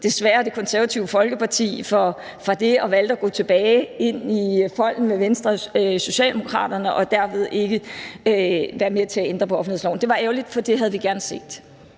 smuttede Det Konservative Folkeparti desværre fra det og valgte at gå tilbage ind i folden med Venstre og Socialdemokraterne og derved ikke være med til at ændre på offentlighedsloven. Det var ærgerligt, for det havde vi gerne set.